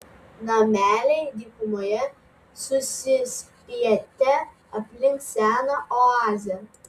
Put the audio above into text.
nameliai dykumoje susispietę aplink seną oazę